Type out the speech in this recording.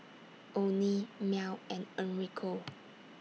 Onie Mell and Enrico